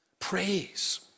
Praise